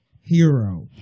Hero